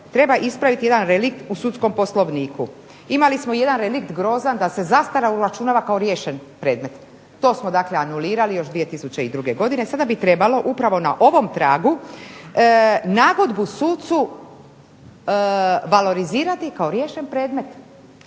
treba ispraviti jedan relikt u sudskom poslovniku. Imali smo jedan relikt grozan da se zastara uračunava kao riješen predmet. To smo dakle anulirali još 2002. godine, sada bi trebalo upravo na ovom tragu nagodbu sucu valorizirati kao riješen predmet,